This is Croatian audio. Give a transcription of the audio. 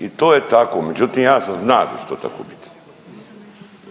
i to je tako međutim ja sam zna da će to tako bit.